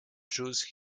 chose